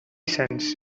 cents